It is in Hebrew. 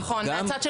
נכון, מהצד של